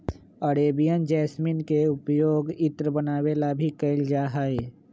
Arabian jasmine के पउपयोग इत्र बनावे ला भी कइल जाहई